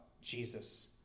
Jesus